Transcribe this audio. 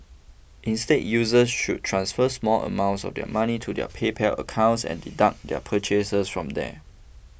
instead users should transfer small amounts of money to their PayPal accounts and deduct their purchases from there